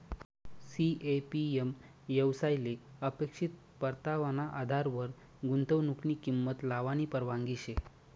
CAPM येवसायले अपेक्षित परतावाना आधारवर गुंतवनुकनी किंमत लावानी परवानगी शे